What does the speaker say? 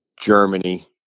Germany